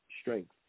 strength